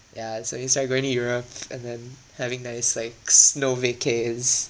ya so we start going to europe and then having nice like snow vacays